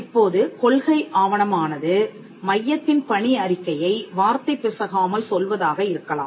இப்போது கொள்கை ஆவணம் ஆனது மையத்தின் பணி அறிக்கையை வார்த்தை பிசகாமல் சொல்வதாக இருக்கலாம்